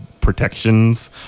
protections